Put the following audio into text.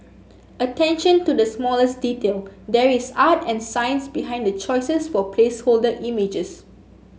attention to the smallest detail there is art and science behind the choices for placeholder images